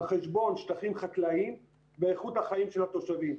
חשבון שטחים חקלאיים ואיכות החיים של התושבים.